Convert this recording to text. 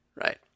right